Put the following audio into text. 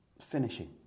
finishing